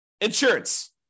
insurance